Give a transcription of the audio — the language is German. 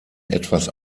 etwas